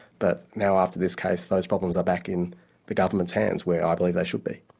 but now after this case those problems are back in the government's hands where i believe they should be.